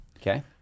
Okay